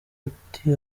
ati